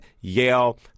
Yale